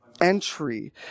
entry